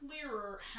clearer